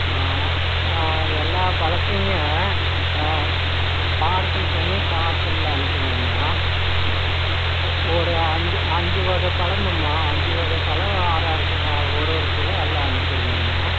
எல்லா பழத்தையுங்க பார்சல் பண்ணி பார்சலில் அனுப்புங்கம்மா ஒரு அஞ்சு அஞ்சு வகை பழம்மம்மா அஞ்சு வகை பழம் ஆறு ஒரு ஒரு கிலோ எல்லாம் அனுப்பிடுங்கம்மா